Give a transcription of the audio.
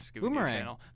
Boomerang